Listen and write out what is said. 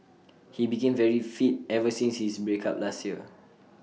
he became very fit ever since his break up last year